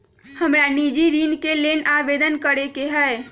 हमरा निजी ऋण के लेल आवेदन करै के हए